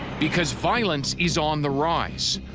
because violence is on the rise.